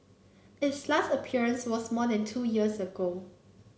its last appearance was more than two years ago